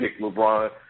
LeBron